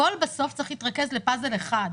הכול בסוף צריך להתרכז לפאזל אחד,